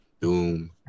Doom